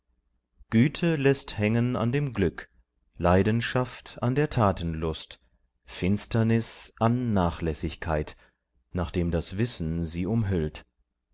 güte läßt hängen an dem glück leidenschaft an der tatenlust finsternis an nachlässigkeit nachdem das wissen sie umhüllt